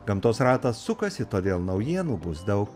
gamtos ratas sukasi todėl naujienų bus daug